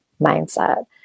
mindset